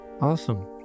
awesome